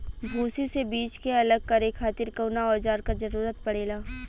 भूसी से बीज के अलग करे खातिर कउना औजार क जरूरत पड़ेला?